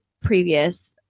previous